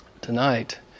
tonight